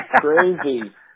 Crazy